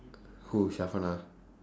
who